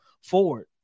forward